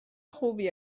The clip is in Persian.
خوبی